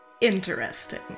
interesting